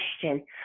question